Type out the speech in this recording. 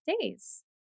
days